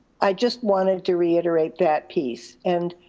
i just wanted to reiterate that piece and